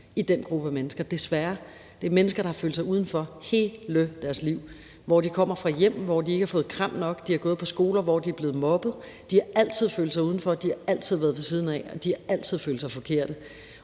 i den gruppe af mennesker, desværre. Det er mennesker, der har følt sig udenfor hele deres liv, og som kommer fra hjem, hvor de ikke har fået kram nok, og har gået på skoler, hvor de er blevet mobbet. De har altid følt sig udenfor, de har altid været ved siden af, og de har altid følt sig forkerte.